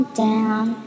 down